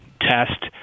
test